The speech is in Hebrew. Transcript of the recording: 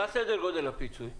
מה סדר גודל הפיצוי?